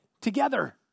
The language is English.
together